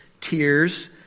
tears